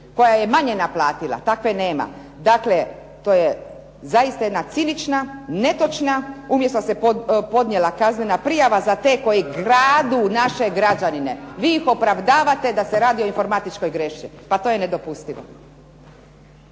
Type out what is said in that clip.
koja je manje naplatila? Takve nema. Dakle, to je zaista jedna cinična, netočna, umjesto da se ponijela kaznena prijava za te koji kradu naše građanine, vi ih opravdavate da se radi o informatičkoj grešci. Pa to je nedopustivo.